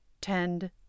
tend